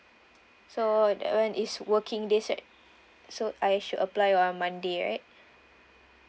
so uh is working days right so I should apply on monday right